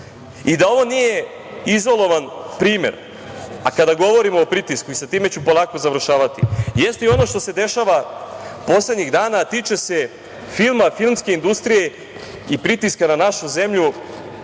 i da ovo nije izolovan primer. Kada govorimo o pritisku, i sa time ću polako završavati, jeste i ono što se dešava poslednjih dana, tiče se filma, filmske industrije, i pritiska na našu zemlju